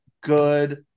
good